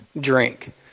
drink